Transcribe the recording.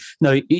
No